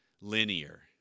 linear